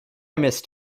missed